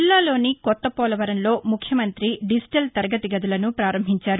జిల్లాలో కొత్త పోలవరంలో ముఖ్యమంత్రి డిజిటల్ తరగతి గదులను ప్రారంభించారు